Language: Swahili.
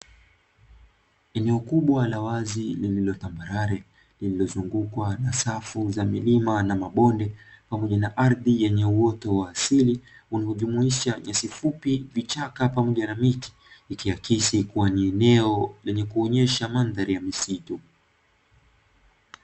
Eneo kubwa la wazi lililo tambarare, lililozungukwa na safu za milima na mabonde, pamoja na ardhi yenye uwoto wa asili, unaojumuisha nyasi fupi, vichaka pamoja na miti ikiakisi kuwa ni eneo lenye kuonesha mandhari ya misitu.